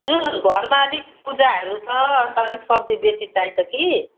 जे होस् घरमा अलिक पूजाहरू छ अन्त अलिक सब्जी बेसी चाहिन्छ कि